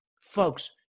Folks